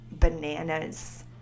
bananas